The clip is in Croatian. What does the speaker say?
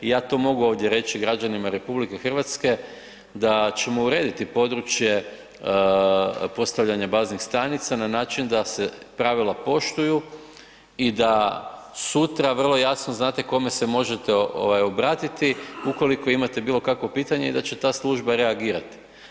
I ja to mogu ovdje reći građanima RH da ćemo urediti područje postavljanja baznih stanica na način da se pravila poštuju i da sutra vrlo jasno znate kome se možete ovaj obratiti ukoliko imate bilo kakvo pitanje i da će ta služba reagirati.